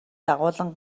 дагуулан